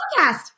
podcast